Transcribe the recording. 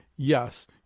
yes